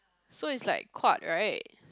so it's like quart like